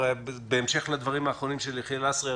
בהמשך לדברים האחרונים של יחיאל לסרי,